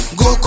go